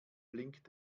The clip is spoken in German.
blinkt